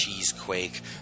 Cheesequake